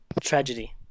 tragedy